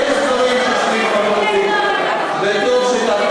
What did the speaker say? יש דברים שהם שנויים במחלוקת, וטוב שכך.